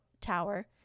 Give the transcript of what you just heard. tower